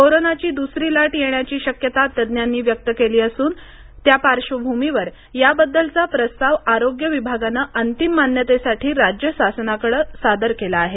कोरोनाची दुसरी लाट येण्याची शक्यता तज्ज्ञांनी व्यक्त केली असून त्या पार्श्वभूमीवर याबद्दलचा प्रस्ताव आरोग्य विभागानं अंतिम मान्यतेसाठी राज्य शासनाकडं सादर केला आहे